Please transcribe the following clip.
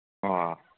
ꯑꯥ